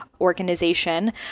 organization